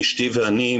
אשתי ואני,